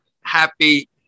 happy